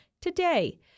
today